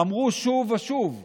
אמרו שוב ושוב,